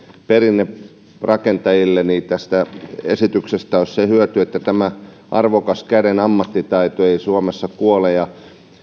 perinnerakentajille tästä esityksestä olisi se hyöty että tämä arvokas käden ammattitaito ei suomessa kuole ja